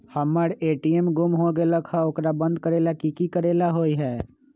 हमर ए.टी.एम गुम हो गेलक ह ओकरा बंद करेला कि कि करेला होई है?